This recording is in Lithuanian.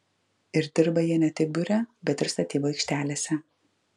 ir dirba jie ne tik biure bet ir statybų aikštelėse